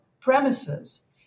premises